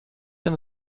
dann